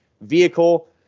vehicle